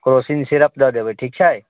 Crocin syrup दऽ देबै ठीक छै